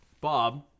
Bob